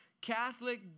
Catholic